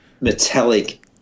Metallic